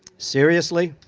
seriously.